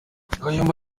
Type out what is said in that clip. kayumba